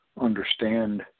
understand